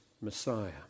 Messiah